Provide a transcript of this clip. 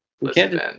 Listen